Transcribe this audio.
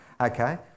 Okay